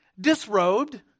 disrobed